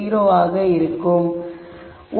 xn0